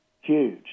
huge